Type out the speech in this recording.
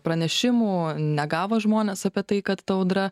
pranešimų negavo žmonės apie tai kad audra